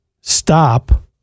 stop